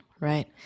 Right